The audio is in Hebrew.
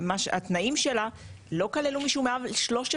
התנאים שלה לא כללו משום מה 13,